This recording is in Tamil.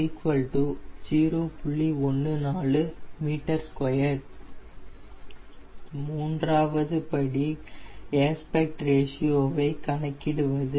14 m2 மூன்றாவது படி ஏஸ்பெக்ட் ரேஷியோவை கணக்கிடுவது